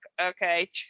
okay